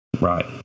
Right